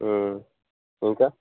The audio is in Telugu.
ఇంకా